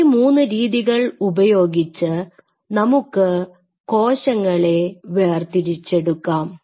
ഈ മൂന്ന് രീതികൾ ഉപയോഗിച്ച് നമുക്ക് കോശങ്ങളെ വേർതിരിച്ചെടുക്കാം